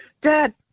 Dad